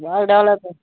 బాగా డెవలప్